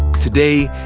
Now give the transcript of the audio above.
today,